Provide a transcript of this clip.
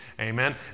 amen